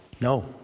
No